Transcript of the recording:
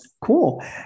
Cool